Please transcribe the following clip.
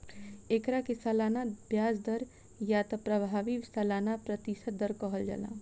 एकरा के सालाना ब्याज दर या त प्रभावी सालाना प्रतिशत दर कहल जाला